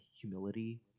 humility